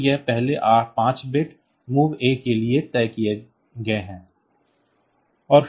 तो ये पहले 5 बिट MOV A के लिए तय किए गए हैं